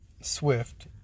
Swift